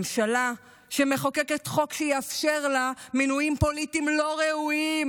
ממשלה שמחוקקת חוק שיאפשר לה למנות מינויים לא ראויים,